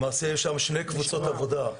למעשה, יש שם שתי קבוצות עבודה.